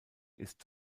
ist